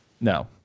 No